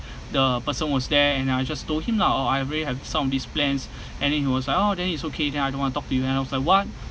the person was there and I just told him lah oh I really have some of these plans and then he was like oh then it's okay then I don't want talk to you and I was like what